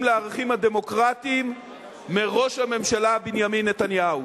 לערכים הדמוקרטיים מראש הממשלה בנימין נתניהו.